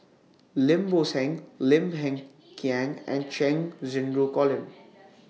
Lim Bo Seng Lim Hng Kiang and Cheng Xinru Colin